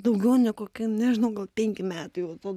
daugiau ne kokie nežinau gal penki metai jau to